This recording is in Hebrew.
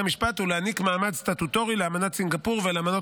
המשפט ולהעניק מעמד סטטוטורי לאמנת סינגפור ולאמנות